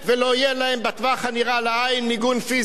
יהיה להם בטווח הנראה לעין מיגון פיזי.